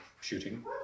shooting